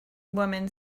woman